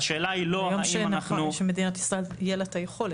ביום שמדינת ישראל יהיה לה את היכולת.